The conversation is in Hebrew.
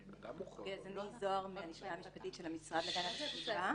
אני מהלשכה המשפטית של המשרד להגנת הסביבה.